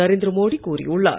நரேந்திர மோடி கூறியுள்ளார்